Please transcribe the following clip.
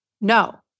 No